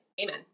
Amen